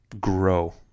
grow